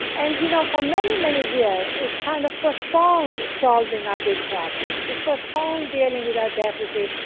and, you know, for many, many years we've kind of postponed solving our big problems, we've postponed dealing with our deficit,